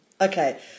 Okay